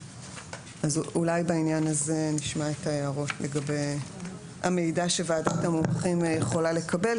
אולי בעניין הזה נשמע את ההערות לגבי המידע שוועדת המומחים יכולה לקבל,